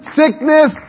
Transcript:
sickness